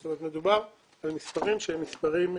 זאת אומרת, מדובר במספרים שהם מספרים אקוטיים.